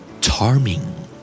Charming